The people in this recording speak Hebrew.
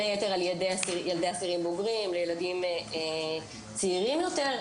היתר על ידי ילדי אסירים בוגרים לילדים צעירים יותר.